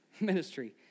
ministry